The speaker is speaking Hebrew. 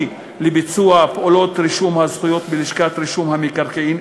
לביצוע פעולות רישום הזכויות בלשכת רישום המקרקעין,